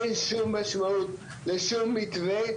אין שום משמעות לשום מתווה,